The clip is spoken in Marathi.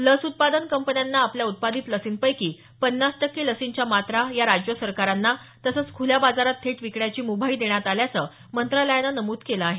लस उत्पादन कंपन्यांना आपल्या उत्पादित लसींपैकी पन्नास टक्के लसींच्या मात्रा या राज्य सरकारांना तसंच खुल्या बाजारात थेट विकण्याची मुभाही देण्यात आल्याचं मंत्रालयानं नमूद केलं आहे